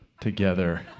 together